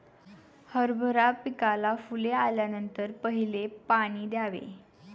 हरभरा पिकाला फुले आल्यानंतर पहिले पाणी द्यावे